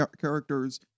characters